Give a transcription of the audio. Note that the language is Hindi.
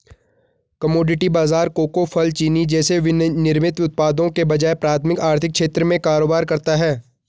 कमोडिटी बाजार कोको, फल, चीनी जैसे विनिर्मित उत्पादों के बजाय प्राथमिक आर्थिक क्षेत्र में कारोबार करता है